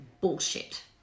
bullshit